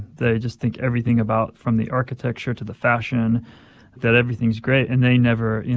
they just think everything about from the architecture to the fashion that everything is great, and they never, you